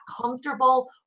comfortable